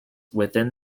within